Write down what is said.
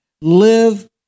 live